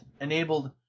enabled